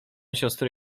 siostry